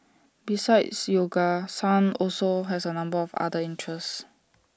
besides yoga sun also has A number of other interests